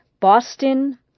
Boston